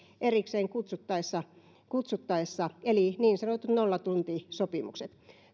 erikseen kutsuttaessa kutsuttaessa eli niin sanotulla nollatuntisopimuksella